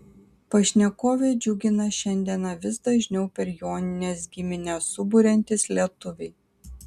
pašnekovę džiugina šiandieną vis dažniau per jonines giminę suburiantys lietuviai